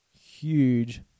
huge